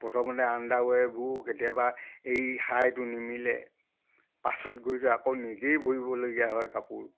প্ৰথমতে আণ্ডাৰৱেৰবোৰ কেতিয়াবা এই হাইটো নিমিলে পাছত গৈ তৈ আকৌ নিজেই ভৰিবলগীয়া হয় কাপোৰ